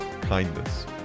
kindness